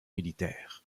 militaires